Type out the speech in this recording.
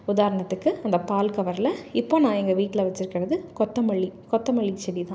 உதாரணத்துக்கு அந்த பால் கவரில் இப்போ நான் எங்கள் வீட்டில் வச்சுருக்கிறது கொத்தமல்லி கொத்தமல்லி செடிதான்